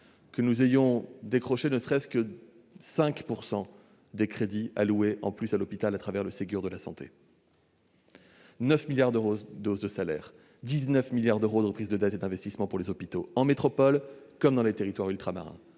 que nous ayons décroché ne serait-ce que 5 % des crédits alloués en plus à l'hôpital au travers du Ségur de la santé : 9 milliards d'euros de hausses des salaires, 19 milliards d'euros de reprises de dette et d'investissements pour les hôpitaux, en métropole comme dans les territoires ultramarins.